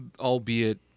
albeit